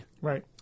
right